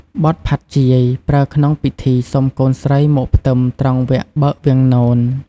បទផាត់់ជាយ ប្រើក្នុងពិធីសុំកូនស្រីមកផ្ទឹមត្រង់វគ្គបើកវាំងនន។